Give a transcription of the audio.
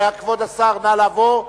כבוד השר, נא לבוא.